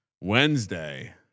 Wednesday